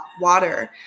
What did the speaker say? water